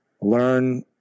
learn